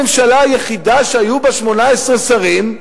הממשלה היחידה שהיו בה שמונה-עשרה שרים?